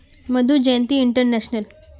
Madhu Jayanti international